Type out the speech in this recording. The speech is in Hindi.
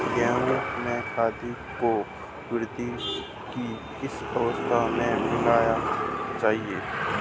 गेहूँ में खाद को वृद्धि की किस अवस्था में मिलाना चाहिए?